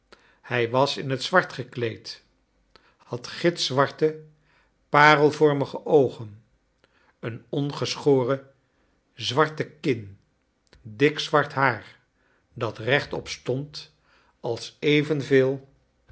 hij was in het zwart gekleed had gitzwarte parelvormige oogen een ongeschoren zwarte kin dik zwart haar dat rechtop stond als evenveel